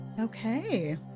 Okay